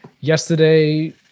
Yesterday